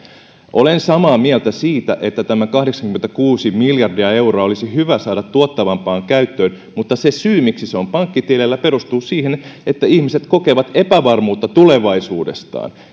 olen samaa mieltä siitä että tämä kahdeksankymmentäkuusi miljardia euroa olisi hyvä saada tuottavampaan käyttöön mutta se syy miksi se on pankkitileillä perustuu siihen että ihmiset kokevat epävarmuutta tulevaisuudestaan